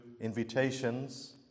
invitations